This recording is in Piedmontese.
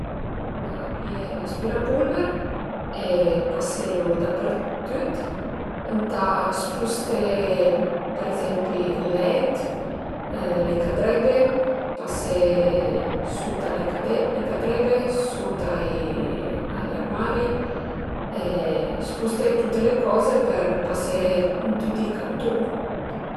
Êntà pìé l'aspirapulver e paselu dapertüt, ëntà spusté për ezempi ël leit, le cadreghe, pasé sut a le cade le cadreghe, sut a gl'armari, spusté tüte le coze për pasé ën tüti i cantun